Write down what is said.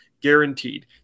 guaranteed